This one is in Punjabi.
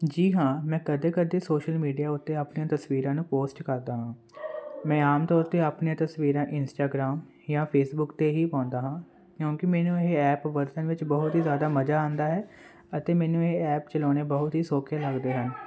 ਜੀ ਹਾਂ ਮੈਂ ਕਦੇ ਕਦੇ ਸੋਸ਼ਲ ਮੀਡੀਆ ਉੱਤੇ ਆਪਣੀਆਂ ਤਸਵੀਰਾਂ ਨੂੰ ਪੋਸਟ ਕਰਦਾ ਹਾਂ ਮੈਂ ਆਮ ਤੌਰ 'ਤੇ ਆਪਣੀਆਂ ਤਸਵੀਰਾਂ ਇੰਸਟਾਗਰਾਮ ਜਾਂ ਫੇਸਬੁੱਕ 'ਤੇ ਹੀ ਪਾਉਂਦਾ ਹਾਂ ਕਿਉਂਕਿ ਮੈਨੂੰ ਇਹ ਐਪ ਵਰਤਣ ਵਿੱਚ ਬਹੁਤ ਹੀ ਜ਼ਿਆਦਾ ਮਜ਼ਾ ਆਉਂਦਾ ਹੈ ਅਤੇ ਮੈਨੂੰ ਇਹ ਐਪ ਚਲਾਉਣੇ ਬਹੁਤ ਹੀ ਸੌਖੇ ਲੱਗਦੇ ਹਨ